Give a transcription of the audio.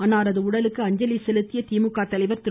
அவரது உடலுக்கு அஞ்சலி செலுத்திய திமுக தலைவர் திரு